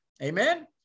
Amen